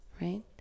right